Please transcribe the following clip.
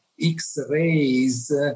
X-rays